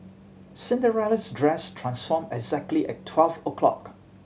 Cinderella's dress transformed exactly at twelve o'clock